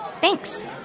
Thanks